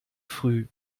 früh